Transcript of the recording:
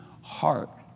heart